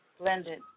blended